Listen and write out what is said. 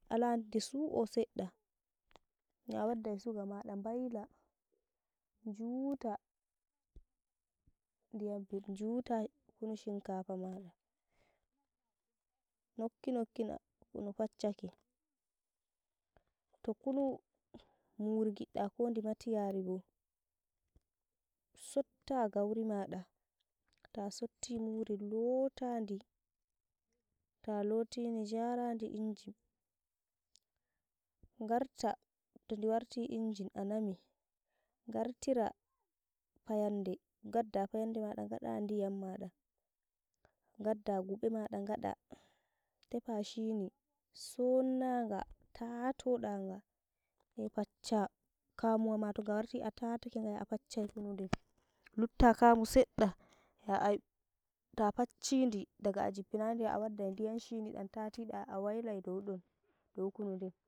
Aladi nfi su'o seɗɗa, yo awaddai suga maɗa baila guuta ndiyam bi- njuuta diyam shinkafa maɗa nokki nokkina kunu facchake, to kunu muri giɗɗa ko ndi matiyari bo, sotta gauri maɗa to sotti muri bota ndi. ta loti jaradi ngarta to ndi warti a nami ngartira fayande, ngadda fayande maɗa gada ndiyaro maɗa, gadda guɓe maɗa ngada tefa shini somnaga, taatodaga, hei paccha kamuwa ma, toga warti a tatake nga ya a facchai kunu din, lutta kamu sedda, yo ai tafacchidi daga a jippina di non a waddai ndiyam shini dam tatida a waila dow don dow kunu din.